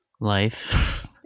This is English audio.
Life